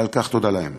ועל כך תודה להם.